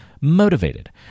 motivated